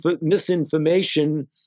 misinformation